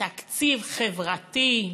תקציב חברתי,